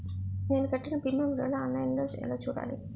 నేను కట్టిన భీమా వివరాలు ఆన్ లైన్ లో ఎలా చూడాలి?